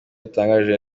yatangaje